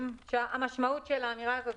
המשמעות של האמירה הזאת,